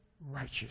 righteous